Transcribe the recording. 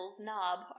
Knob